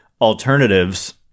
alternatives